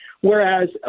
Whereas